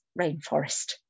rainforest